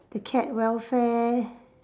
the cat welfare